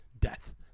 death